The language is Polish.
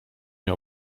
nie